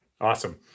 awesome